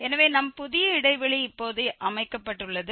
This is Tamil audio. எனவே நம் புதிய இடைவெளி இப்போது அமைக்கப்பட்டுள்ளது